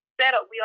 setup